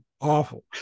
awful